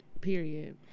Period